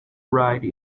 ride